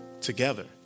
together